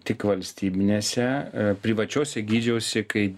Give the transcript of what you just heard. tik valstybinėse privačiose gydžiausi kai